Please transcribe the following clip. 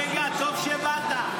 רגע, טוב שבאת.